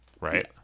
right